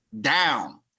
down